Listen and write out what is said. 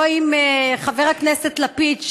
לא עם חבר הכנסת לפיד,